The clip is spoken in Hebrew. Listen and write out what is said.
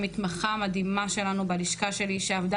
המתמחה המדהימה שלנו בלשכה שלי שעבדה